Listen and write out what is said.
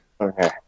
Okay